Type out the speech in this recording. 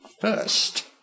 first